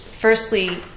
firstly